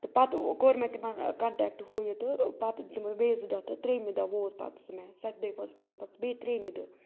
تہٕ پَتہٕ کوٚر مےٚ تِمَن کَنٹیکٹ ہُہ یہِ تہٕ پَتہٕ بیٚیہِ زٕ دۄہ تہٕ ترٛیٚیِمہِ دۄہ ووت پَتہٕ سُہ مےٚ سَتہِ دۄہہِ بعد ووت پَتہٕ سُہ بیٚیہِ ترٛیٚیِمہِ دۄہ